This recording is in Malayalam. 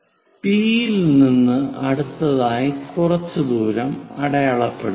പി യിൽ നിന്ന് അടുത്തതായി കുറച്ച് ദൂരം അടയാളപ്പെടുത്തുക